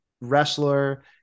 wrestler